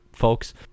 folks